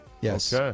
Yes